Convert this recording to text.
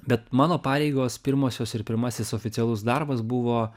bet mano pareigos pirmosios ir pirmasis oficialus darbas buvo